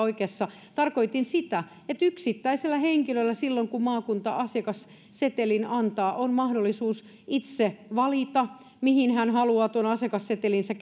oikeassa tarkoitin sitä että yksittäisellä henkilöllä silloin kun maakunta asiakassetelin antaa on mahdollisuus itse valita mihin hän haluaa tuon asiakassetelinsä